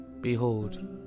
Behold